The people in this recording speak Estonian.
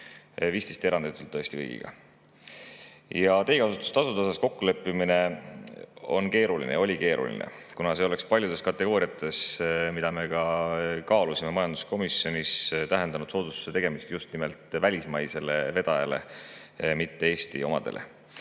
vist eranditult tõesti kõigiga. Ja teekasutustasude osas kokkuleppimine oli keeruline, kuna see oleks paljudes kategooriates, mida me ka kaalusime majanduskomisjonis, tähendanud soodustuste tegemist just nimelt välismaistele vedajatele, mitte Eesti omadele.